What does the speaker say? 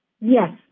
Yes